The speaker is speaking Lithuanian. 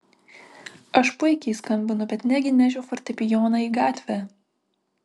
aš puikiai skambinu bet negi nešiu fortepijoną į gatvę